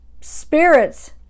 Spirits